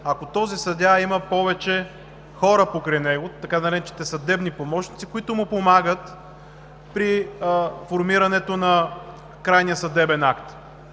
ако този съдия има повече хора покрай него – така наречените съдебни помощници, които му помагат при формирането на крайния съдебен акт,